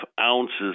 ounces